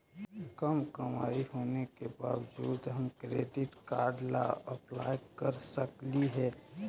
कम कमाई होने के बाबजूद हम क्रेडिट कार्ड ला अप्लाई कर सकली हे?